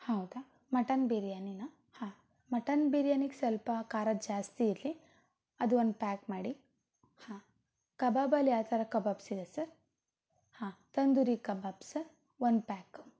ಹೌದಾ ಮಟನ್ ಬಿರಿಯಾನಿನಾ ಹಾಂ ಮಟನ್ ಬಿರಿಯಾನಿಗೆ ಸ್ವಲ್ಪ ಖಾರ ಜಾಸ್ತಿ ಇರಲಿ ಅದು ಒಂದು ಪ್ಯಾಕ್ ಮಾಡಿ ಹಾಂ ಕಬಾಬಲ್ಲಿ ಯಾವ ಥರ ಕಬಾಬ್ಸ್ ಇದೆ ಸರ್ ಹಾಂ ತಂದೂರಿ ಕಬಾಬ್ ಸರ್ ಒಂದು ಪ್ಯಾಕ್